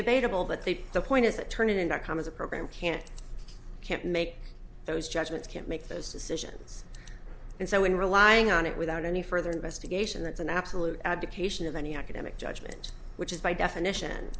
debatable that they the point is that turnitin dot com has a program can't can't make those judgments can't make those decisions and so in relying on it without any further investigation that's an absolute abdication of any academic judgment which is by definition